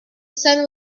sun